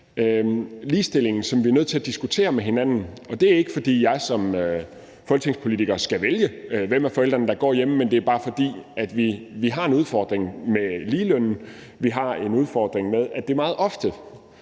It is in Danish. ligestillingen, som vi er nødt til at diskutere med hinanden, og det er ikke, fordi jeg som folketingspolitiker skal vælge, hvem af forældrene der går hjemme, men det er bare, fordi vi har en udfordring med ligelønnen, vi har en udfordring med, at det meget ofte